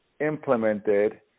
implemented